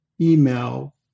email